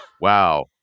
wow